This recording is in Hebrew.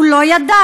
הוא לא ידע.